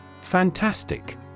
Fantastic